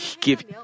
give